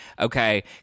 okay